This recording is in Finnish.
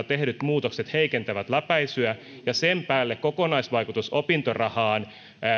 tehdyt muutokset heikentävät läpäisyä ja sen päälle kokonaisvaikutus opintorahaan